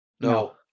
No